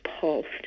pulsed